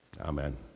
Amen